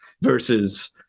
versus